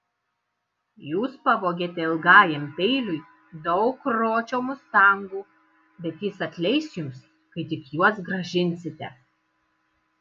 jūs pavogėte ilgajam peiliui daug ročio mustangų bet jis atleis jums kai tik juos grąžinsite